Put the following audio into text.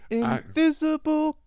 invisible